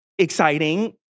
Exciting